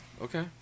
Okay